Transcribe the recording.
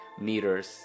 meters